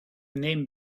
name